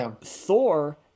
Thor